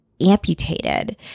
amputated